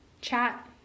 chat